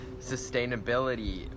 sustainability